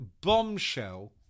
bombshell